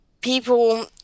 people